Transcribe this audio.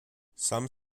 some